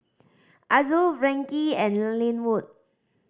Azul Frankie and Lynwood